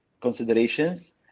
considerations